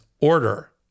order